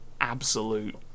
absolute